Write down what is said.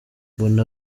mbona